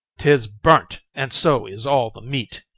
tis burnt and so is all the meat.